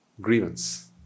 grievance